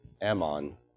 Ammon